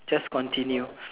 just continue